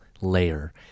layer